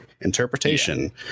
interpretation